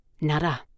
Nada